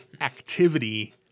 activity